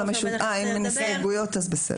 אם אין הסתייגויות, בסדר.